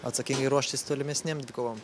atsakingai ruoštis tolimesnėm dvikovom